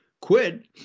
quid